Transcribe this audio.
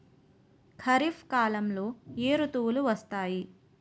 ఖరిఫ్ కాలంలో ఏ ఋతువులు వస్తాయి?